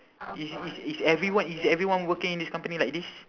is is is everyone is everyone working in this company like this